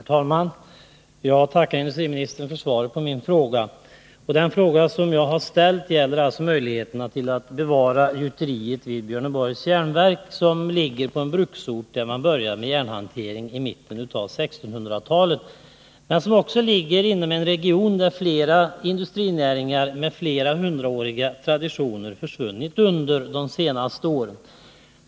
Herr talman! Jag tackar industriministern för svaret på min fråga. Den fråga som jag har ställt gäller möjligheterna att bevara gjuteriet vid Björneborgs Jernverk, som ligger på en bruksort där man började med järnhantering i mitten av 1600-talet. Men järnverket ligger också inom en region där flera industrinäringar med månghundraåriga traditioner har försvunnit under de senaste åren.